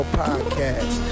podcast